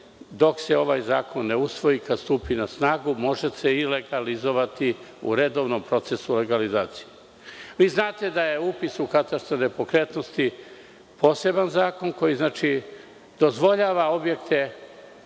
dok se ovaj zakon ne usvoji. Kada stupi na snagu može se i legalizovati u redovnom procesu legalizacije. Vi znate da je upis u katastar nepokretnosti poseban zakon koji dozvoljava objekte